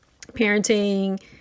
parenting